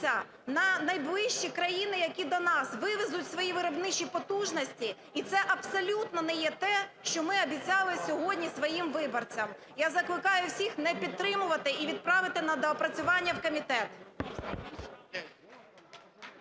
на найближчі країни, які до нас вивезуть свої виробничі потужності, і це абсолютно не є те, що ми обіцяли сьогодні своїм виборцям. Я закликаю всіх не підтримувати і відправити на доопрацювання в комітет.